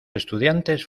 estudiantes